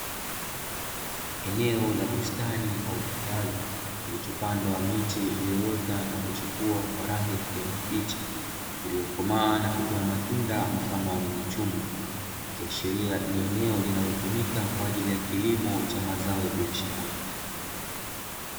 Eneo la bustani au kitalu, kilichopandwa miti iliyoota na kuchipua kwa rangi ya kijani kibichi ,iliyokomaaa na kutoa matunda mfano wa nyanya chungu ,ikiashiria ni eneo linalotumika kwaajili ya kilimo cha mazao ya biashara.